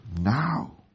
now